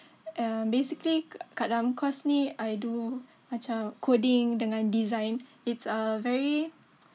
um basically kat dalam course ni I do macam coding dengan design it's a very